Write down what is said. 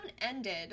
ended